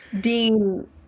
Dean